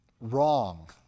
wrong